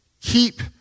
keep